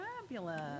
fabulous